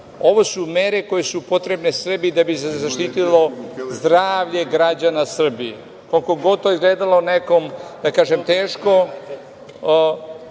su mere koje su potrebne Srbiji da bi se zaštitilo zdravlje građana Srbije. Koliko god to izgledalo nekom teško,